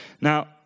Now